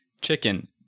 chicken